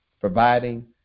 providing